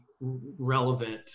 relevant